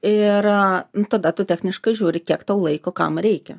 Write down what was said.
ir tada tu techniškai žiūri kiek tau laiko kam reikia